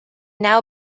now